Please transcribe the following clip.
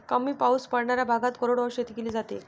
कमी पाऊस पडणाऱ्या भागात कोरडवाहू शेती केली जाते